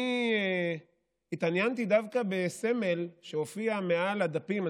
אני התעניינתי דווקא בסמל שהופיע מעל הדפים.